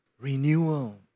renewal